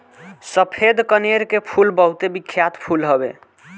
सफ़ेद कनेर के फूल बहुते बिख्यात फूल हवे